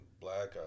Black